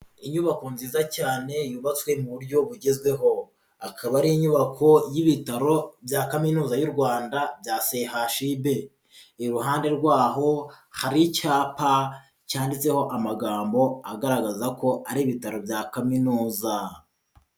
Inyubako nziza cyane yubatswe mu buryo bugezweho, akaba ari inyubako y'ibitaro bya Kaminuza y'u Rwanda bya CHUB, iruhande rw'aho hari icyapa cyanditseho amagambo agaragaza ko ari ibitaro bya Kaminuza.